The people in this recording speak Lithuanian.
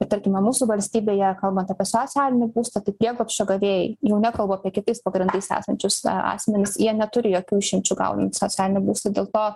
ir tarkime mūsų valstybėje kalbant apie socialinį būstą tai prieglobsčio gavėjai jau nekalbu apie kitais pagrindais esančius asmenis jie neturi jokių išimčių gaunant socialinį būstą dėl to